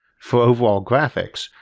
for overall graphics,